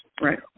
right